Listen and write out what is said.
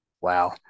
Wow